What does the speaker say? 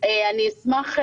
אני אשמח,